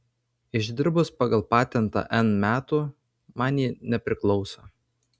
išdirbus pagal patentą n metų man ji nepriklauso